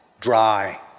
dry